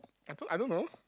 I don't I don't know